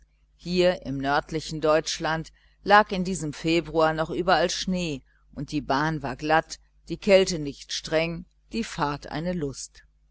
hier im nördlichen deutschland lag in diesem februar noch überall schnee die bahn war glatt die kälte nicht streng die fahrt eine lust